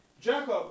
Jacob